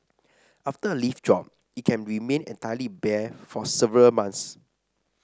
after a leaf drop it can remain entirely bare for several months